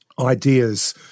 ideas